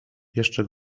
jeszcze